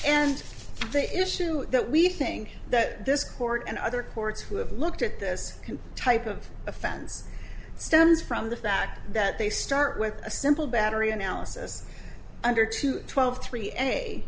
and the issue that we think that this court and other courts who have looked at this type of offense stems from the fact that they start with a simple battery analysis under two twelve three